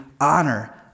honor